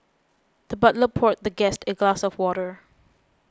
the butler poured the guest a glass of water